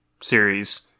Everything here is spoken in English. series